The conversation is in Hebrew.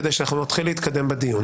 כדי שנתחיל להתקדם בדיון.